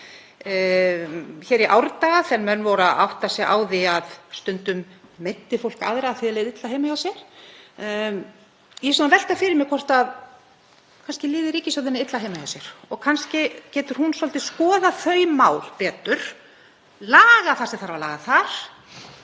Hér í árdaga, þegar menn voru að átta sig á því að stundum meiddi fólk aðra af því að því leið illa heima hjá sér — ég velti fyrir mér hvort kannski líði ríkisstjórninni illa heima hjá sér og kannski geti hún svolítið skoðað þau mál betur, lagað það sem þarf að laga þar